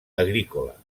agrícola